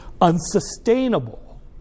unsustainable